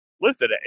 listen